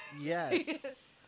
Yes